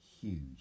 huge